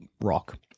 Rock